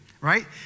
right